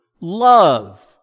love